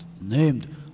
named